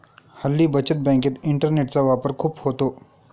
हल्ली बचत बँकेत इंटरनेटचा वापर खूप होतो